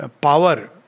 Power